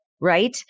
right